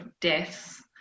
deaths